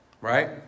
Right